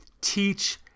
teach